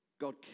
God